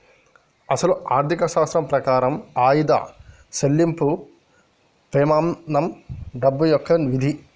అసలు ఆర్థిక శాస్త్రం ప్రకారం ఆయిదా సెళ్ళింపు పెమానం డబ్బు యొక్క విధి